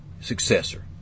successor